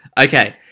Okay